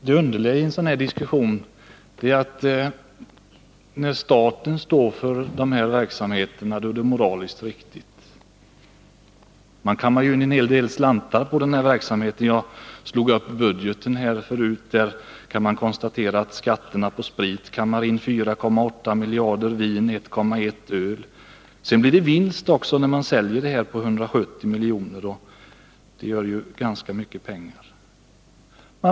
Det underliga i en sådan här diskussion är att när staten står för de här verksamheterna är det moraliskt riktigt. Man kammar ju in en hel del slantar på denna verksamhet. Jag slog upp i budgeten förut. Där kan man konstatera att skatterna på sprit kammar in 4,8 miljarder, på vin 1,1 miljarder och på öl drygt 1 miljard. Sedan blir det också en vinst på 170 miljoner vid försäljningen av dessa varor. Det är ganska mycket pengar.